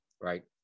right